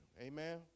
Amen